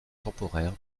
temporaire